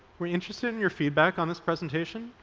we're interested in your feedback on this presentation.